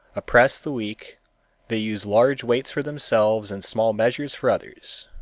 oppress the weak they use large weights for themselves and small measures for others.